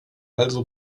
also